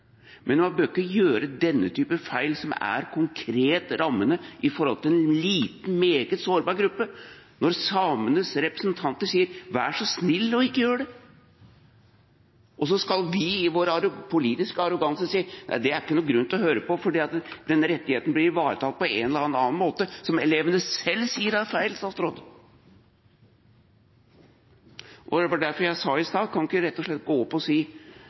Men man bør ikke gjøre denne typen feil, som konkret rammer en liten og meget sårbar gruppe, når samenes representanter sier: Vær så snill å ikke gjøre det. Så skal vi i vår politiske arroganse si: Nei, det er det ingen grunn til å høre på, for den rettigheten blir ivaretatt på en eller annen måte – som elevene selv sier er feil. Det var derfor jeg sa i stad: Kan vi ikke rett og slett gå opp å si